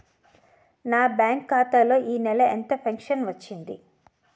నా బ్యాంక్ ఖాతా లో ఈ నెల ఎంత ఫించను వచ్చింది?